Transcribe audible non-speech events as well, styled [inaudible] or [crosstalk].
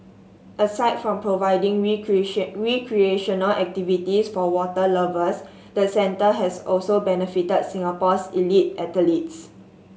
aside from providing [unintelligible] recreational activities for water lovers the centre has also benefited Singapore's elite athletes